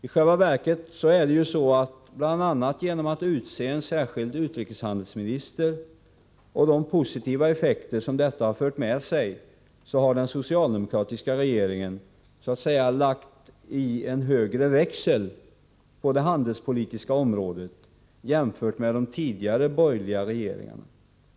I själva verket har ju den socialdemokratiska regeringen, bl.a. genom att utse en särskild utrikeshandelsminister och de positiva effekter detta fört med sig, lagt in en högre växel på det handelspolitiska området jämfört med de tidigare borgerliga regeringarna.